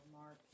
Mark